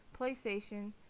PlayStation